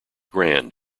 grand